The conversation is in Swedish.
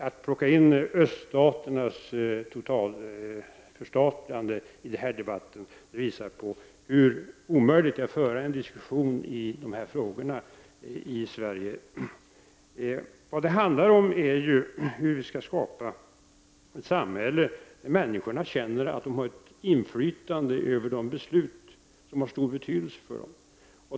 Att man för in öststaternas totalför statligande i denna debatt visar hur omöjligt det är att föra en diskussion i dessa frågor i Sverige. Vad det handlar om är ju hur vi skall skapa ett samhälle där människorna känner att de har ett inflytande över de beslut som har stor betydelse för dem.